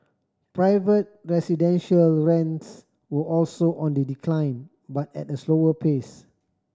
private residential rents were also on the decline but at a slower pace